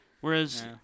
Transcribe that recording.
Whereas